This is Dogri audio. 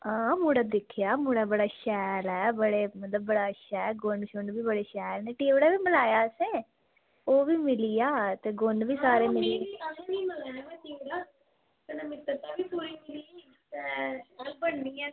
हां मुड़ा दिक्खेआ मुड़ा बड़ा शैल ऐ बड़े मतलब बड़ा शैल गुण शुण बी बड़े शैल टिबड़ा बी मलाया असें ओह् बी मिली गेआ ते गुण बी सारे मिली गे